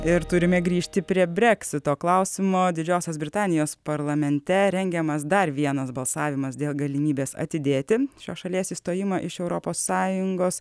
ir turime grįžti prie breksito klausimo didžiosios britanijos parlamente rengiamas dar vienas balsavimas dėl galimybės atidėti šios šalies išstojimą iš europos sąjungos